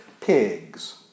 pigs